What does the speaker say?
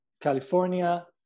California